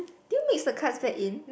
did you mix the concept in